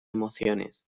emociones